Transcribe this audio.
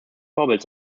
vorbild